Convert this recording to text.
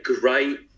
great